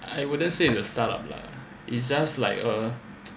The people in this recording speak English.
I wouldn't say it's start up lah it's just like a